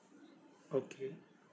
okay